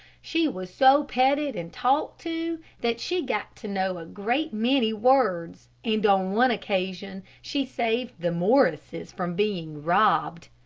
she was so petted and talked to that she got to know a great many words, and on one occasion she saved the morrises from being robbed.